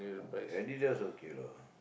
Adidas okay lah